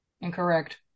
Incorrect